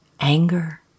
anger